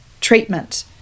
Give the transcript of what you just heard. treatment